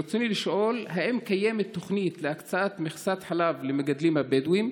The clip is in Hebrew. ברצוני לשאול: 1. האם קיימת תוכנית להקצאת מכסת חלב למגדלים הבדואים?